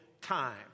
time